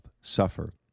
suffer